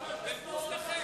הבוז לכם.